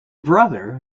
brother